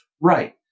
Right